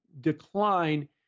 decline